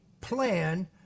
plan